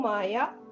Maya